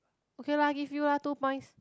okay lah give you lah two points